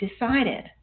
decided